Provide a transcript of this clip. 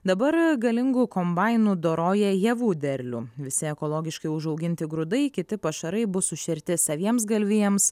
dabar galingu kombainu doroja javų derlių visi ekologiškai užauginti grūdai kiti pašarai bus sušerti saviems galvijams